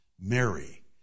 Mary